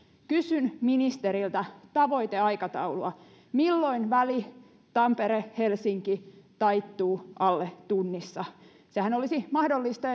kysyn ministeriltä tavoiteaikataulua milloin väli tampere helsinki taittuu alle tunnissa sehän olisi mahdollista